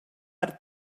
hâte